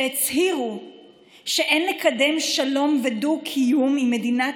שהצהירו שאין לקדם שלום ודו-קיום עם מדינת